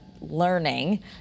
learning